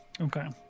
Okay